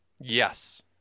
Yes